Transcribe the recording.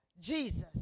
Jesus